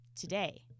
today